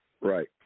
right